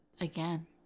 again